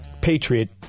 patriot